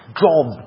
job